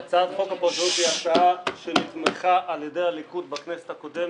הצעת חוק הפרשנות היא הצעה שנתמכה על ידי הליכוד בכנסת הקודמת,